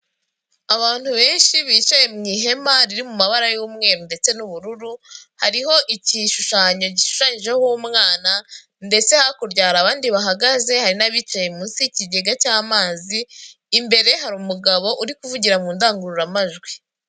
Abantu benshi bicaye mu ihema riri mu mabara y'umweru ndetse n'ubururu, hariho igishushanyo gishushanyijeho umwana ndetse hakurya hari abandi bahagaze, hari n'abicaye munsi y'ikigega cy'amazi, imbere hari umugabo uri kuvugira mu ndangururamajwi.